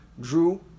Drew